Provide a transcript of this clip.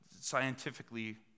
scientifically